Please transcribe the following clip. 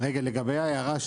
הרגולטור אומר להם,